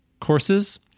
courses